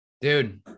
Dude